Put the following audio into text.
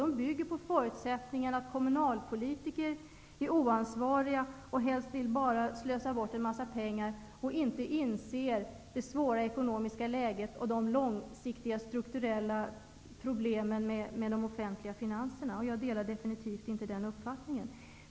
De bygger på förutsättningen att kommunalpolitikerna är oansvariga och helst bara vill slösa bort pengarna och inte inser det svåra ekonomiska läget och de långsiktiga strukturella problemen med de offentliga finanserna. Jag delar definitivt inte denna uppfattning.